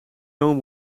loon